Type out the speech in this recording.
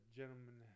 gentlemen